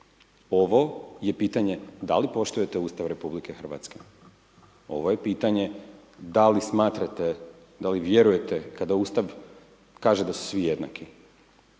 Ovo je pitanje da li poštujete Ustav RH? Ovo je pitanje da li smatrate, da li vjerujete kada Ustav kaže da su svi jednaki?